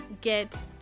get